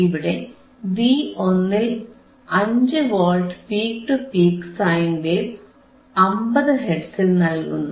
ഇവിടെ V1ൽ 5 volt peak to peak sine wave 50 ഹെർട്സിൽ നൽകുന്നു